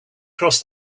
cross